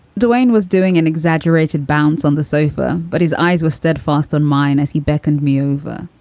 dwayne was doing an exaggerated bounce on the sofa, but his eyes were steadfast on mine as he beckoned me over.